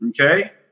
okay